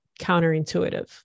counterintuitive